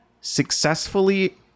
successfully